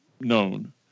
known